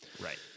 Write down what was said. right